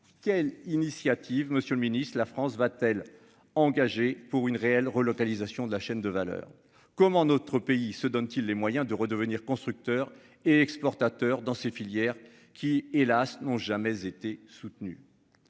Quelles initiatives, Monsieur le Ministre, la France va-t-elle engager pour une réelle relocalisation de la chaîne de valeur comment notre pays se donne-t-il les moyens de redevenir constructeur et exportateur dans ces filières qui hélas n'ont jamais été soutenu.